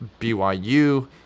BYU